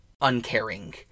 uncaring